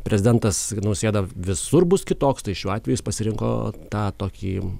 prezidentas nausėda visur bus kitoks tai šiuo atveju jis pasirinko tą tokį